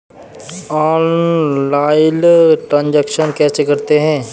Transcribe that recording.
Online transaction कैसे करते हैं?